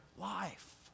life